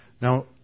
Now